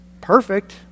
perfect